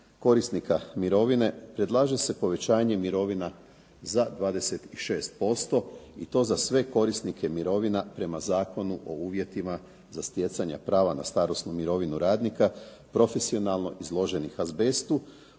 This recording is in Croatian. korisnika mirovine predlaže se povećanje mirovina za 26% i to za sve korisnike mirovina prema Zakonu o uvjetima za stjecanje prava na starosnu mirovinu radnika profesionalno izloženih azbestu,